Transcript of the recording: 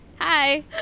Hi